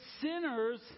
sinners